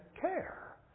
care